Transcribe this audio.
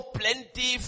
plenty